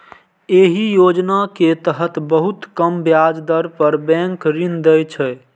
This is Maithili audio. एहि योजना के तहत बहुत कम ब्याज दर पर बैंक ऋण दै छै